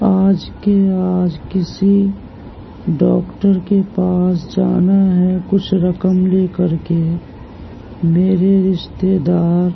آج کے آج کسی ڈاکٹر کے پاس جانا ہے کچھ رقم لے کر کے میرے رشتے دار